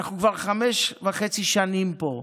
אנחנו כבר חמש וחצי שנים פה.